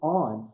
on